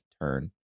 turn